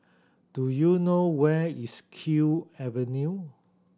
do you know where is Kew Avenue